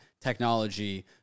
technology